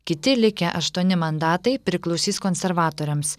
kiti likę aštuoni mandatai priklausys konservatoriams